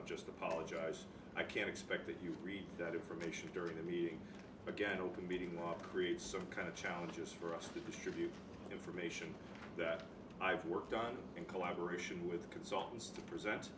to just apologize i can expect that you would read that information during a meeting again open meeting law creates some kind of challenges for us to distribute information that i've worked on in collaboration with consultants to present